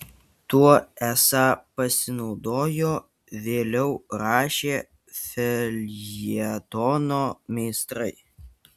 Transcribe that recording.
tuo esą pasinaudojo vėliau rašę feljetono meistrai